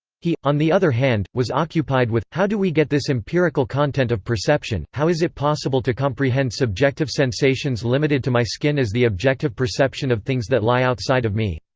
he, on the other hand, was occupied with how do we get this empirical content of perception how is it possible to comprehend subjective sensations limited to my skin as the objective perception of things that lie outside of me?